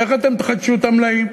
איך אתם תחדשו את המלאים?